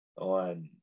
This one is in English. on